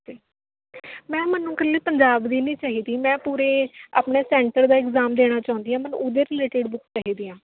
ma'am ਮੈਨੂੰ ਇੱਕਲੇ ਪੰਜਾਬ ਦੀ ਨਹੀਂ ਚਾਹੀਦੀ ਮੈਂ ਪੂਰੇ ਆਪਣੇ ਸੈਂਟਰ ਦਾ ਇਗਜਾਮ ਦੇਣਾ ਚਾਹੁੰਦੀ ਹਾਂ ਮੈਨੂੰ ਉਹਦੇ ਰੀਲੇਟਿਡ ਬੁੱਕ ਚਾਹੀਦੀ ਆ